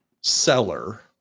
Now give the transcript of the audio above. seller